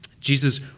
Jesus